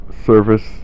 service